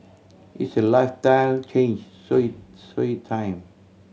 it's a lifestyle change so it so it time